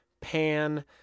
pan